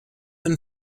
and